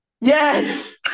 yes